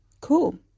Cool